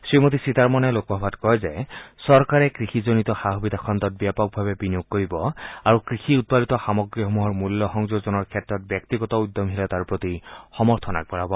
শ্ৰীমতী সীতাৰমণে লোকসভাত কয় যে চৰকাৰে কৃষিজনিত সা সুবিধা খণ্ডত ব্যাপকভাৱে বিনিয়োগ কৰিব আৰু কৃষি উৎপাদিত সামগ্ৰীসমূহৰ মূল্য সংযোজনৰ ক্ষেত্ৰত ব্যক্তিগত উদ্যমশীলতাৰ প্ৰতি সমৰ্থন আগবঢ়াব